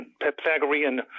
Pythagorean